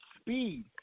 speed